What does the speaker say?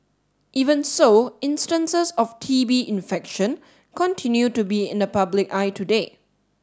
even so instances of T B infection continue to be in the public eye today